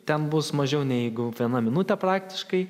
ten bus mažiau neigu viena minutė praktiškai